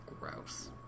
gross